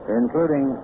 including